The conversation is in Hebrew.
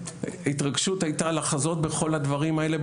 ההתרגשות הייתה לחזות בכל הדברים האלה,